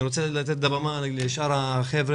אני רוצה לתת את הבמה לשאר החבר'ה,